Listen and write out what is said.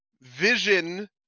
Vision